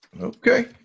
Okay